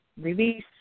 release